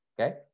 okay